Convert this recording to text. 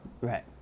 Right